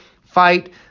fight